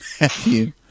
Matthew